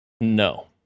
No